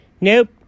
Nope